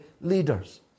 leaders